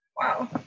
Wow